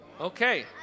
Okay